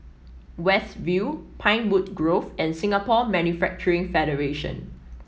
West View Pinewood Grove and Singapore Manufacturing Federation